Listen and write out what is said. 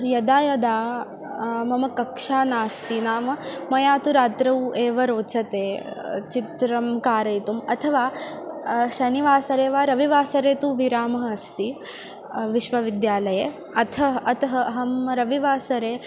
यदा यदा मम कक्ष्या नास्ति नाम मया तु रात्रौ एव रोचते चित्रं कारयितुम् अथवा शनिवासरे वा रविवासरे तु विरामः अस्ति विश्वविद्यालये अथ अतः अहं रविवासरे